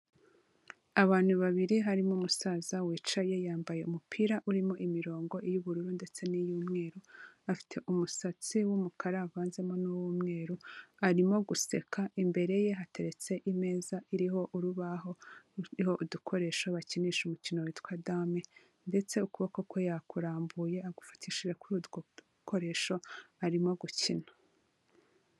Abantu babiri harimo umusaza wicaye yambaye umupira urimo imirongo iy'ubururu ndetse n'iy'umweru. Afite umusatsi w'umukara havanzemo n'uwumweru, arimo guseka. Imbere ye hateretse imeza iriho urubaho ruriho udukoresho bakinisha umukino witwa dame ndetse ukuboko kwe yakurambuye agufatishije kuri utwokoresho arimo gukina.